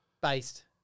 based